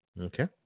Okay